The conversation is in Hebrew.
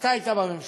אתה היית בממשלה.